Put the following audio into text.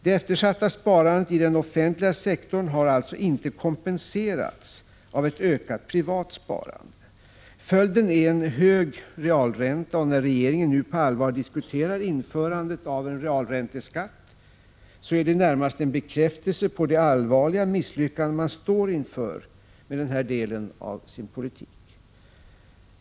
Det eftersatta sparandet i den offentliga sektorn har alltså inte kompenserats av ett ökat privat sparande. Följden är en hög realränta, och när regeringen nu på allvar diskuterar införande av en realränteskatt, är det närmast en bekräftelse på det allvarliga misslyckande man står inför med den här delen av sin politik.